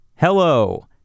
Hello